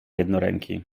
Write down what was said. jednoręki